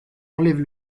enlève